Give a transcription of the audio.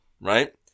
right